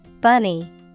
Bunny